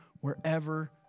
wherever